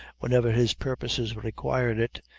whenever his purposes required it,